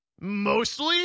mostly